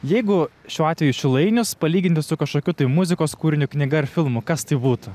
jeigu šiuo atveju šilainius palyginti su kažkokiu tai muzikos kūriniu knyga ar filmu kas tai būtų